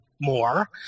more